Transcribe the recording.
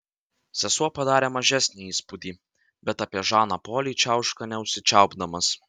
sesuo padarė mažesnį įspūdį bet apie žaną polį čiauška neužsičiaupdamas